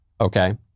Okay